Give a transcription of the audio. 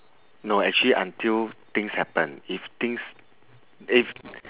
no actually until things happen if things if